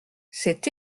c’est